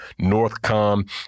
NORTHCOM